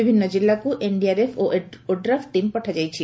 ବିଭିନୁ ଜିଲ୍ଲାକୁ ଏନ୍ଡିଆର୍ଏଫ୍ ଓ ଓଡ୍ରାଫ୍ ଟିମ୍ ପଠାଯାଇଛି